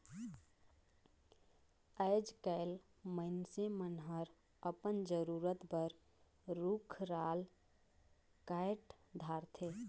आयज कायल मइनसे मन हर अपन जरूरत बर रुख राल कायट धारथे